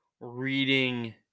reading